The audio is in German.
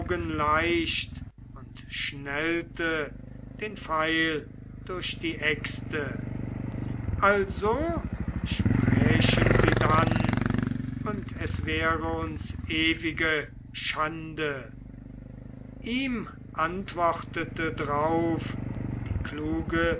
leicht und schnellte den pfeil durch die äxte also sprächen sie dann und es wär uns ewige schande ihm antwortete drauf die kluge